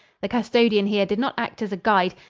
the custodian here did not act as a guide,